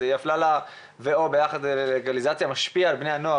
לאי הפללה או ביחס ללגליזציה ישפיע על בני נוער.